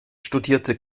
studierte